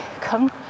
come